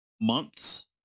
months